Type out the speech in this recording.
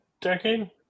decade